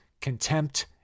contempt